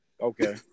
Okay